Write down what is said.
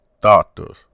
doctors